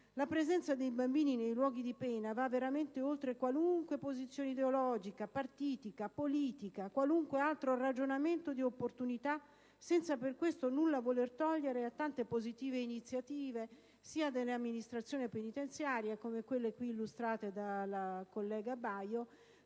La presenza dei bambini nei luoghi di pena va veramente oltre qualunque posizione ideologica, partitica, politica, qualunque altro ragionamento di opportunità, senza per questo nulla voler togliere a tante positive iniziative sia delle amministrazioni penitenziarie (come quelle illustrate dalla collega Baio)